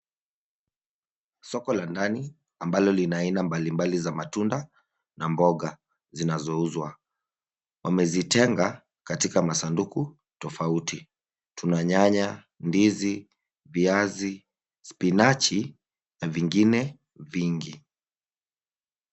Soko la ndani ambalo lina aina mbalimbali za matunda na mboga zinazouzwa. Wamezitenga katika masanduku tofauti. Tuna Nyanya, ndizi, viazi, spinach na vingine vingi.